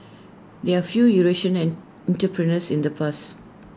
there're few Eurasian entrepreneurs in the past